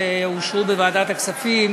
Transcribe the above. שאושרו בוועדת הכספים,